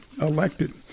elected